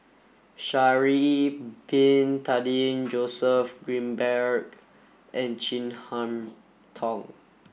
Sha'ari bin Tadin Joseph Grimberg and Chin Harn Tong